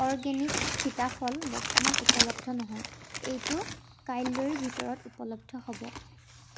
organic সীতাফল বৰ্তমান উপলব্ধ নহয় এইটো কাইলৈৰ ভিতৰত ঊপলব্ধ হ'ব